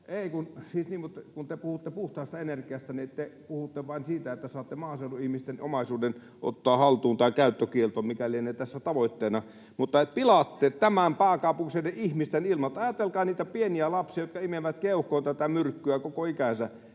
kun te puhutte puhtaasta energiasta, niin te puhutte vain siitä, että saatte maaseudun ihmisten omaisuuden ottaa haltuun tai käyttökieltoon, mikä lienee tässä tavoitteena, mutta samalla pilaatte tämän pääkaupunkiseudun ihmisten ilmat. Ajatelkaa niitä pieniä lapsia, jotka imevät keuhkoon tätä myrkkyä koko ikänsä